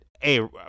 hey